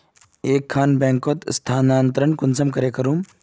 एक खान बैंकोत स्थानंतरण कुंसम करे करूम?